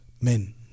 men